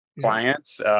clients